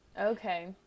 Okay